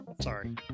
Sorry